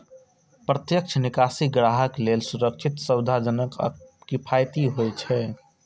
प्रत्यक्ष निकासी ग्राहक लेल सुरक्षित, सुविधाजनक आ किफायती होइ छै